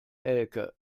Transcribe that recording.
elke